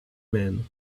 man